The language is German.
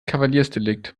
kavaliersdelikt